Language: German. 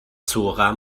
zora